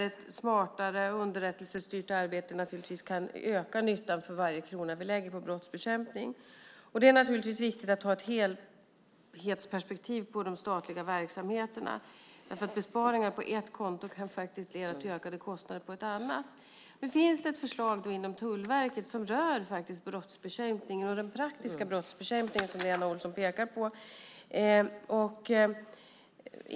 Ett smartare underrättelsestyrt arbete kan naturligtvis öka nyttan av varje krona som vi lägger på brottsbekämpning. Det är naturligtvis viktigt att ha ett helhetsperspektiv på de statliga verksamheterna, därför att besparingar på ett konto kan faktiskt leda till ökade kostnader på ett annat. Nu finns det ett förslag inom Tullverket som rör brottsbekämpningen och den praktiska brottsbekämpningen som Lena Olsson pekar på.